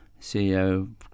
ceo